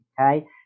okay